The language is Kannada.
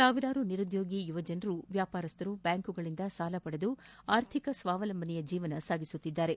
ಸಾವಿರಾರು ನಿರುದ್ಯೋಗಿ ಯುವಜನರು ವ್ಯಾಪಾರಸ್ವರು ಬ್ಯಾಂಕುಗಳಿಂದ ಸಾಲ ಪಡೆದು ಆರ್ಥಿಕ ಸ್ವಾವಲಂಬನೆಯ ಜೀವನ ಸಾಗಿಸುತ್ತಿದ್ದಾರೆ